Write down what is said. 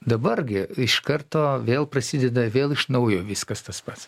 dabar gi iš karto vėl prasideda vėl iš naujo viskas tas pats